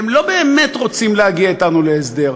הם לא באמת רוצים להגיע אתנו להסדר.